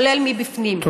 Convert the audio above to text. כולל מבפנים.